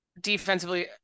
defensively